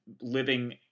living